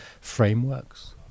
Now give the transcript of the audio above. frameworks